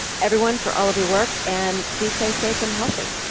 everyone, for all of your work and please stay safe and healthy.